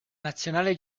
nazionale